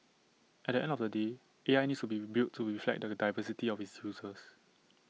at the end of the day A I needs to be built to reflect the diversity of its users